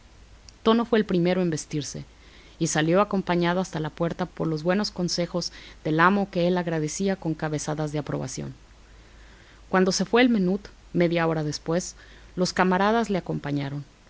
tono fue el primero en vestirse y salió acompañado hasta la puerta por los buenos consejos del amo que él agradecía con cabezadas de aprobación cuando se fue el menut media hora después los camaradas le acompañaron